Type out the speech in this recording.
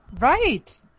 Right